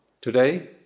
today